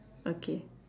okay